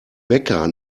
bäcker